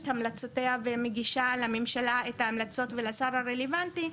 המלצותיה ומגישה לממשלה את ההמלצות ולשר הרלבנטי,